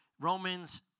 Romans